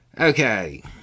okay